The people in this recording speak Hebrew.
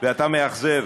ואתה מאכזב.